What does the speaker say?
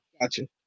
gotcha